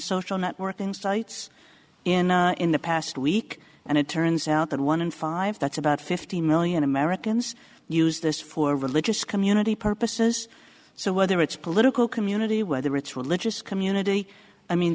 social networking sites in in the past week and it turns out that one in five that's about fifty million americans use this for religious community purposes so whether it's political community whether it's religious community i mean